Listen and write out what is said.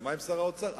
בהסכמה עם שר האוצר,